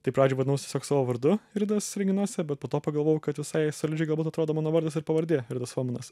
tai pradžiai vadinausi tiesiog savo vardu ridas renginiuose bet po to pagalvojau kad visai solidžiai galbūt atrodo mano vardas ir pavardė ridas fominas